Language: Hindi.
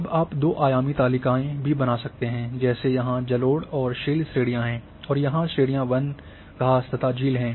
अब आप दो आयामी तालिकाओं भी बना सकते हैं जैसे यहां जलोढ़ और शेल श्रेणियां हैं और यहां श्रेणियां वन घास तथा झील हैं